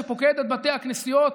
שפוקד את בתי הכנסיות,